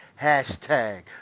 hashtag